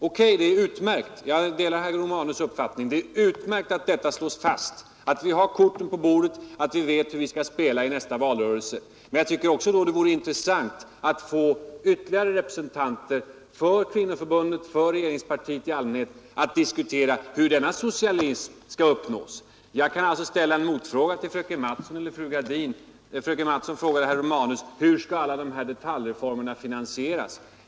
Okay — jag delar herr Romanus” uppfattning att det är utmärkt att detta slås fast, att vi har korten på bordet, att vi vet hur vi skall spela i nästa valrörelse. Men jag tycker att det då också vore intressant att få ytterligare representanter för Socialdemokratiska kvinnoförbundet, för regeringspartiet i allmänhet att diskutera hur denna socialism skall uppnås. Jag kan alltså ställa en motfråga till fröken Mattson eller fru Gradin. Fröken Mattson frågade herr Romanus: Hur skall alla de här borgerliga detaljförslagen finansieras?